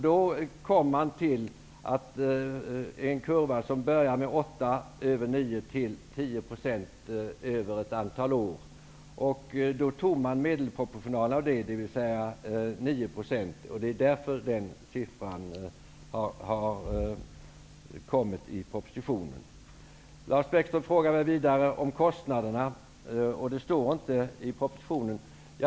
Då kom man fram till en kurva som började med 8 %, fortsatte med 9 % och slutade med 10 % över ett antal år. Då tog man medelproportionalen av det, dvs. 9 %. Det är därför som den siffran finns i propositionen. Lars Bäckström frågade mig vidare om kostnaderna. Det står inte i propositionen.